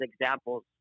examples